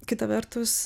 kita vertus